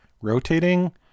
rotating